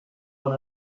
one